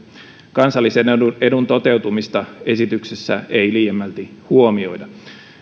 kansallisen edun edun toteutumista esityksessä ei liiemmälti huomioida